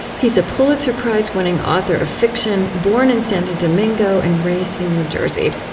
he's a pulitzer prize-winning author of fiction, born in santo domingo and raised in new jersey.